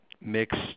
mix